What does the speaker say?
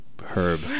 herb